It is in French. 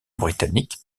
britannique